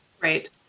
Right